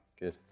Good